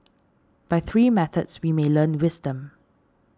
by three methods we may learn wisdom